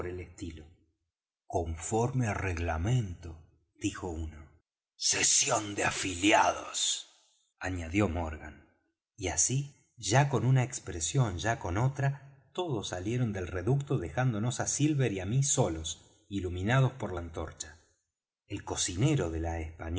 el estilo conforme á reglamento dijo uno sesión de afiliados añadió morgan y así ya con una expresión ya con otra todos salieron del reducto dejándonos á silver y á mí solos iluminados por la antorcha el cocinero de la española